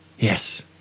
Yes